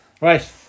Right